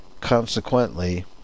Consequently